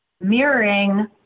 mirroring